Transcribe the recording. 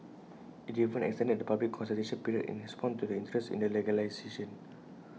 IT even extended the public consultation period in response to the interest in the legislation